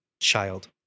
child